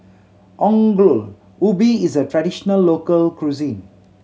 Ongol Ubi is a traditional local cuisine